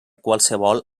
qualsevol